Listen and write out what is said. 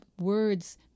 words